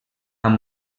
amb